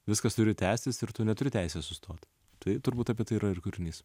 viskas turi tęstis ir tu neturi teisės sustot tai turbūt apie tai yra ir kūrinys